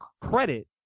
credit